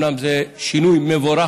זה שינוי מבורך.